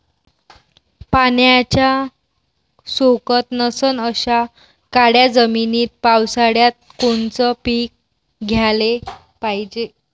पाण्याचा सोकत नसन अशा काळ्या जमिनीत पावसाळ्यात कोनचं पीक घ्याले पायजे?